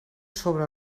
sobre